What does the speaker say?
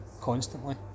constantly